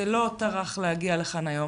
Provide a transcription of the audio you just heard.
שלא טרח להגיע לכאן היום